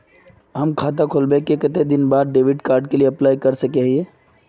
हम खाता खोलबे के कते दिन बाद डेबिड कार्ड के लिए अप्लाई कर सके हिये?